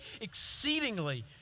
exceedingly